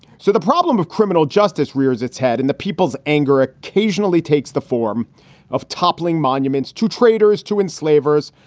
so the problem of criminal justice rears its head in the people's anger occasionally takes the form of toppling monuments to traitors, to enslavers,